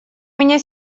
меня